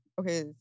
okay